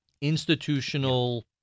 institutional